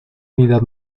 unidad